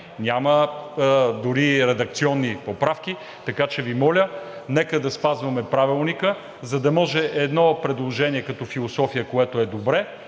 няма дори редакционни поправки. Така че Ви моля, нека да спазваме Правилника, за да може едно предложение като философия, което е добре